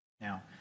Now